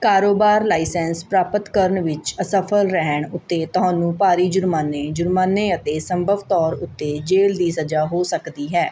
ਕਾਰੋਬਾਰ ਲਾਇਸੈਂਸ ਪ੍ਰਾਪਤ ਕਰਨ ਵਿੱਚ ਅਸਫਲ ਰਹਿਣ ਉੱਤੇ ਤੁਹਾਨੂੰ ਭਾਰੀ ਜੁਰਮਾਨੇ ਜੁਰਮਾਨੇ ਅਤੇ ਸੰਭਵ ਤੌਰ ਉੱਤੇ ਜੇਲ੍ਹ ਦੀ ਸਜ਼ਾ ਹੋ ਸਕਦੀ ਹੈ